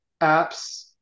apps